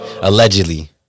Allegedly